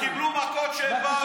הם קיבלו מכות כשהם באו.